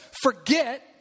forget